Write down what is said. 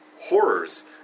horrors